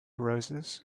roses